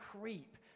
creep